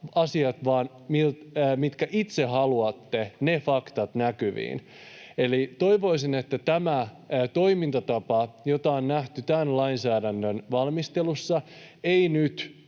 faktat, mitkä itse haluatte. Eli toivoisin, että tämä toimintatapa, jota on nähty tämän lainsäädännön valmistelussa, ei nyt